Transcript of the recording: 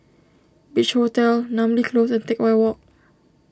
Beach Hotel Namly Close and Teck Whye Walk